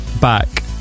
back